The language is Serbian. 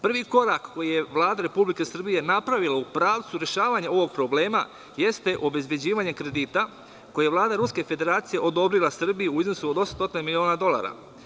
Prvi korak koji je Vlada Republike Srbije napravila u pravcu rešavanja ovog problema jeste obezbeđivanje kredita, koji je Vlada Ruske Federacije odobrila Srbiji u iznosu od 800.000.000 dolara.